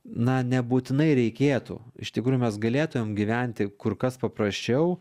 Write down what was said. na nebūtinai reikėtų iš tikrųjų mes galėtumėm gyventi kur kas paprasčiau